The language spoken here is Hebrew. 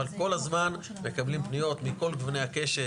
אבל כל הזמן מקבלים פניות מכל גווני הקשת,